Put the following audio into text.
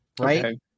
right